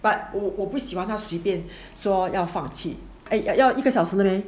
but 我我不喜欢他随便说要放弃 err 要一个小时的咧